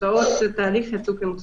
תוצאות התהליך יצאו מוצלחות.